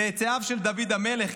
צאצאיו של דוד המלך,